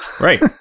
Right